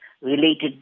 related